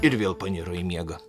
ir vėl paniro į miegą